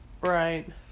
Right